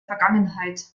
vergangenheit